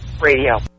radio